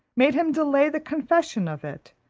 made him delay the confession of it,